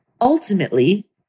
Ultimately